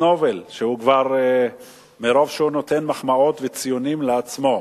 נובל מרוב שהוא נותן מחמאות וציונים לעצמו.